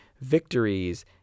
victories